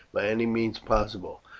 by any means possible.